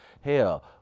Hell